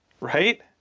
Right